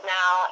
now